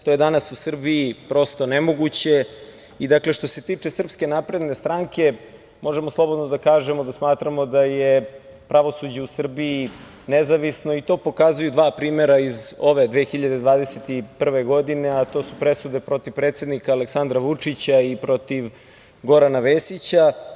To je danas u Srbiji prosto nemoguće i, dakle, što se tiče SNS možemo slobodno da kažemo da smatramo da je pravosuđe u Srbiji nezavisno i to pokazuju dva primera iz ove 2021. godine, a to su presude protiv predsednika Aleksandra Vučića i protiv Gorana Vesića.